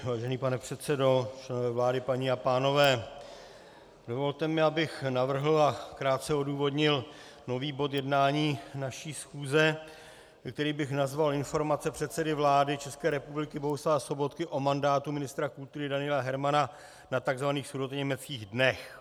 Vážený pane předsedo, členové vlády, paní a pánové, dovolte mi, abych navrhl a krátce odůvodnil nový bod jednání naší schůze, který bych nazval Informace předsedy vlády České republiky Bohuslava Sobotky o mandátu ministra kultury Daniela Hermana na takzvaných sudetoněmeckých dnech.